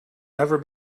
never